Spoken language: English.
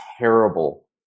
terrible